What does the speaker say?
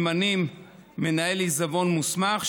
ממנים מנהל עיזבון מוסמך,